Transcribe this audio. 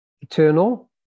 eternal